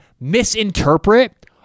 misinterpret